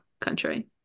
Country